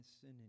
sin